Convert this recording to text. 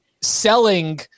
selling